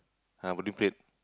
ah Marine-Parade